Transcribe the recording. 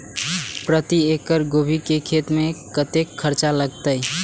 प्रति एकड़ गोभी के खेत में कतेक खर्चा लगते?